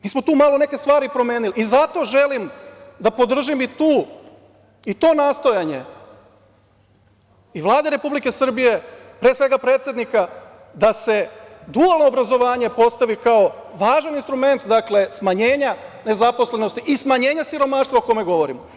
Mi smo tu malo neke stvari promenili i zato želim da podržim i to nastojanje i Vlade Republike Srbije, pre svega predsednika, da se dualno obrazovanje postavi kao važan instrument smanjenja nezaposlenosti i smanjenja siromaštva o kome govorimo.